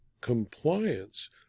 compliance